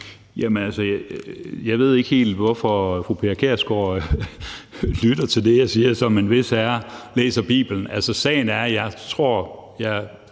Jeg ved ikke helt, hvorfor fru Pia Kjærsgaard lytter til det, jeg siger, som en vis herre læser Bibelen. Sagen er, at jeg hundrede